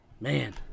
man